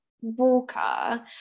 walker